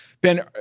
Ben